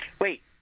wait